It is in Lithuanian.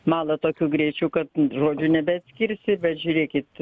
mala tokiu greičiu kad žodžių nebeatskirsi bet žiūrėkit